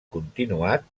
continuat